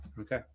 okay